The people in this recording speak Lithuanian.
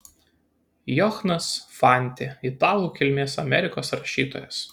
johnas fante italų kilmės amerikos rašytojas